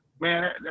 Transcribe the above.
man